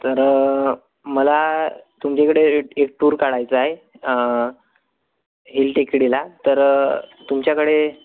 तर मला तुमच्याकडे एक एक टूर काढायचा आहे हिल टेकडीला तर तुमच्याकडे